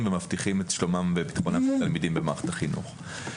ומבטיחים את שלומם וביטחונם של התלמידים במערכת החינוך.